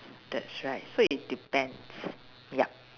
that's right so it depends yup